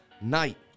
night